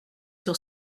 sur